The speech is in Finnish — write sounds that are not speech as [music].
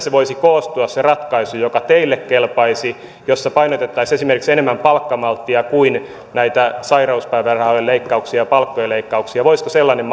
voisi koostua se ratkaisu joka teille kelpaisi jossa painotettaisiin esimerkiksi enemmän palkkamalttia kuin näitä sairauspäivärahojen leikkauksia palkkojen leikkauksia voisiko sellainen [unintelligible]